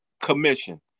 Commission